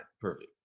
perfect